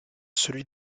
celui